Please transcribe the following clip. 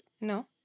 No